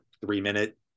three-minute